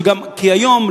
כי היום,